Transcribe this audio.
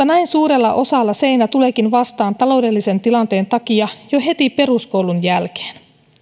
näin suurella osalla seinä tuleekin vastaan taloudellisen tilanteen takia jo heti peruskoulun jälkeen